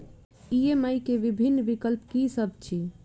EMI केँ विभिन्न विकल्प की सब अछि